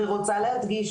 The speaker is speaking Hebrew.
אני רוצה להדגיש,